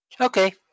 Okay